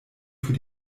für